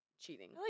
cheating